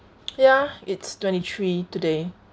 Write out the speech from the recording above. ya it's twenty three today